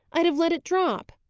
i'd have let it drop.